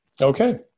okay